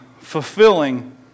fulfilling